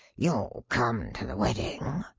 you'll come to the wedding?